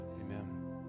Amen